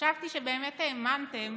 חשבתי שבאמת האמנתם